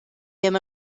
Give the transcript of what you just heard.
ddim